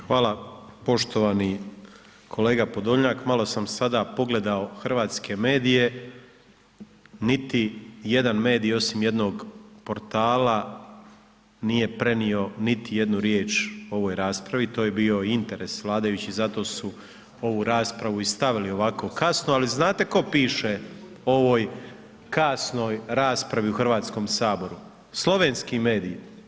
Hvala poštovani kolega Podolnjak, malo sam sada pogledao hrvatske medije niti jedan medij osim jednog portala nije prenio niti jednu riječ o ovoj raspravi to je bio i interes vladajućih zato su ovu raspravu i stavili ovako kasno, ali znate tko piše o ovoj kasnoj raspravi u Hrvatskom saboru, slovenski mediji.